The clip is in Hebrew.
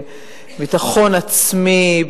בביטחון עצמי,